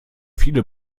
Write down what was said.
viele